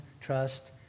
trust